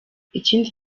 ikindi